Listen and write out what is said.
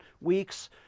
weeks